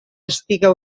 estiga